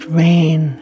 rain